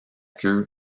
queue